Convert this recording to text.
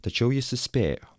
tačiau jis įspėjo